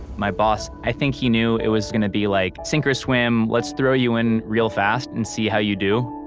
my boss, i think he knew it was going to be like sink or swim, let's throw you in real fast and see how you do.